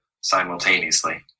simultaneously